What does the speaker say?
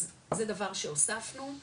אז זה דבר שהוספנו,